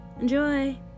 Enjoy